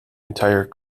entire